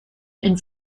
and